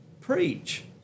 preach